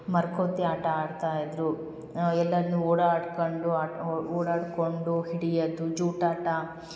ಮರಕೋತಿ ಆಟ ಆಡ್ತಾಯಿದ್ದರು ಎಲ್ಲರನ್ನು ಓಡಾಡ್ಕಂಡು ಆಟ ಹೋ ಓಡಾಡ್ಕೊಂಡು ಹಿಡಿಯದು ಜೂಟಾಟ